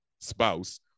spouse